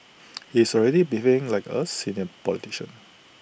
he is already behaving like us senior politician